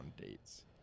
dates